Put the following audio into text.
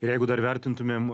ir jeigu dar vertintumėm